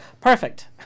perfect